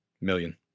Million